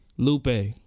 Lupe